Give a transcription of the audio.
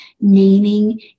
naming